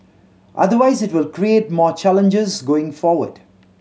otherwise it will create more challenges going forward